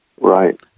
Right